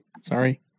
Sorry